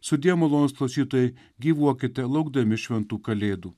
sudie malonūs klausytojai gyvuokite laukdami šventų kalėdų